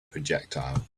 projectile